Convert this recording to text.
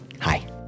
hi